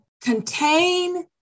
contain